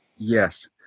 Yes